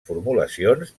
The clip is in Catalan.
formulacions